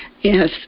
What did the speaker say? Yes